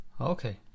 okay